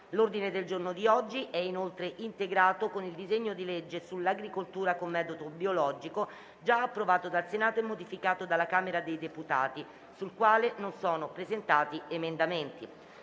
L'ordine del giorno di oggi è inoltre integrato con il disegno di legge sull'agricoltura con metodo biologico, già approvato dal Senato e modificato dalla Camera dei deputati, sul quale non sono stati presentati emendamenti.